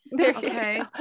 okay